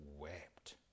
wept